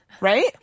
right